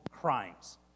crimes